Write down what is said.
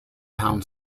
town